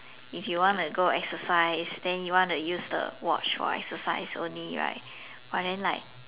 if you want to go exercise then you want to use the watch for exercise only right but then like